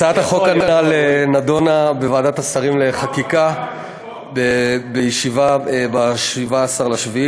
הצעת החוק הנ"ל נדונה בוועדת השרים לחקיקה בישיבה ב-17 ביולי.